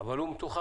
אבל הוא מתוחם.